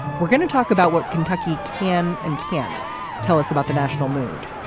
we're going to talk about what kentucky can and can't tell us about the national mood.